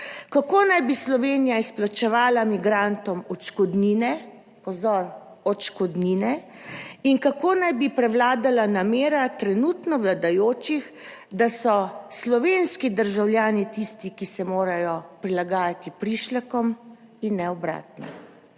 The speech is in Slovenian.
Kako naj bi Slovenija izplačevala migrantom odškodnine, pozor, odškodnine in kako naj bi prevladala namera trenutno vladajočih, da so slovenski državljani tisti, ki se morajo prilagajati prišlekom in ne obratno.